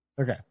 Okay